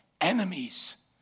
Enemies